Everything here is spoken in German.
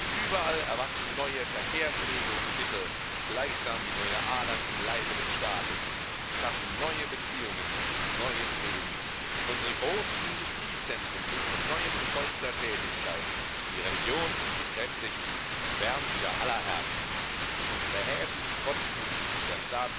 überall erwachsen neue verkehrswege und mittel gleichsam wie neue adern im leibe des staates und schaffen neue beziehungen neues leben unsre großen industriezentren sind von neuem in vollster tätigkeit die religion ist gekräftigt und wärmt wieder aller herzen unsre häfen strotzen der